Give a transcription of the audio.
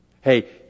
Hey